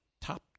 top